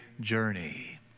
journey